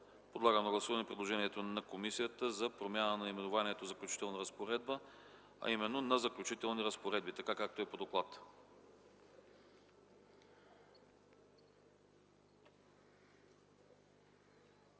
Подлагам на гласуване предложението на комисията за промяна на наименованието „Заключителна разпоредба”, а именно на „Заключителни разпоредби”, както е по доклада.